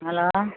hello